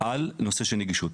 על נושא נגישות.